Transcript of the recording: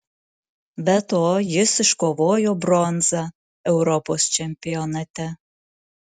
be to jis iškovojo bronzą europos čempionate